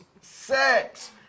sex